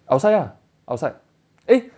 outside ah outside eh